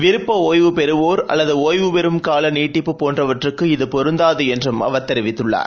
விருப்ப ஒய்வுபெறவோர் அல்லது ஒய்வுபெறும் கால நீட்டிப்பு போன்றவற்றுக்கு இது பொருந்தாது என்றும் அவர் தெரிவித்துள்ளார்